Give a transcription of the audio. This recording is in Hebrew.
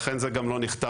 לכן זה גם לא נכתב.